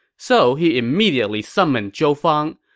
so he immediately summoned zhou fang,